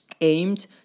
aimed